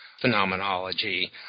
phenomenology